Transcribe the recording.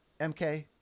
MK